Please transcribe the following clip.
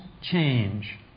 change